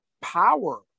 power